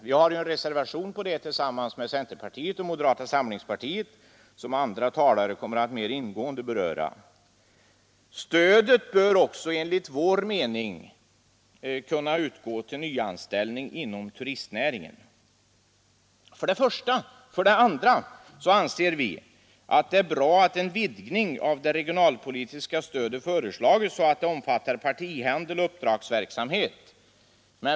Vi har ju tillsammans med ledamöter från centerpartiet och moderata samlingspartiet avgivit en reservation om detta, vilken andra talare kommer att mera ingående beröra. Stödet bör också enligt vår mening utgå till nyanställning inom turistnäringen. För det andra anser vi att det är bra att en vidgning av det regionalpolitiska stödet föreslagits så att det omfattar partihandel och uppdragsverksamhet.